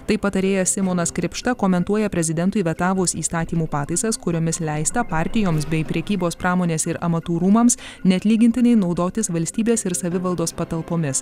tai patarėjas simonas krėpšta komentuoja prezidentui vetavus įstatymų pataisas kuriomis leista partijoms bei prekybos pramonės ir amatų rūmams neatlygintinai naudotis valstybės ir savivaldos patalpomis